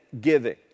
giving